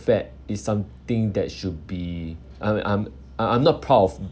fat is something that should be I mean I'm I I'm not proud of